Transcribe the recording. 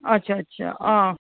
अच्छा अच्छा हां